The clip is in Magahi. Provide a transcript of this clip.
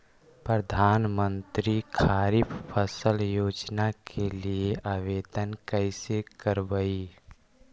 प्रधानमंत्री खारिफ फ़सल योजना के लिए आवेदन कैसे करबइ?